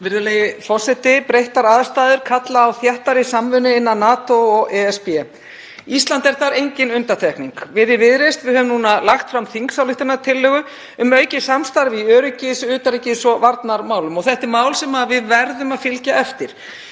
Virðulegi forseti. Breyttar aðstæður kalla á þéttari samvinnu innan NATO og ESB. Ísland er þar engin undantekning. Við í Viðreisn höfum lagt fram þingsályktunartillögu um aukið samstarf í öryggis-, utanríkis- og varnarmálum. Þetta er mál sem við verðum að fylgja eftir.